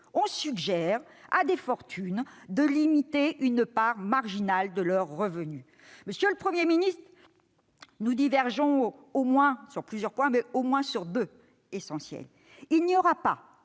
on suggère à des fortunes de limiter une part marginale de leurs revenus. Monsieur le Premier ministre, nous divergeons au moins sur deux points essentiels : il n'y aura pas